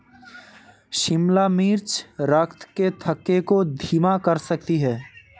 शिमला मिर्च रक्त के थक्के को धीमा कर सकती है